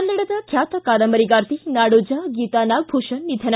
ಕನ್ನಡದ ಖ್ಯಾತ ಕಾದಂಬರಿಗಾರ್ತಿ ನಾಡೋಜ ಗೀತಾ ನಾಗಭೂಷಣ ನಿಧನ